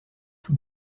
tout